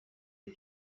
les